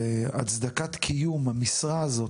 הצדקת קיום המשרה הזו